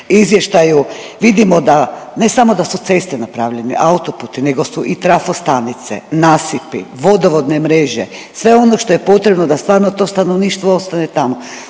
izvještaju vidimo ne samo da su ceste napravljene, autoputi nego su i trafostanice, nasipi, vodovodne mreže sve ono što je potrebno da stvarno to stanovništvo ostane tamo.